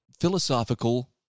philosophical